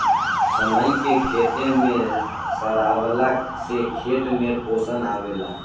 सनई के खेते में सरावला से खेत में पोषण आवेला